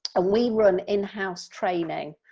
ah we run in-house training,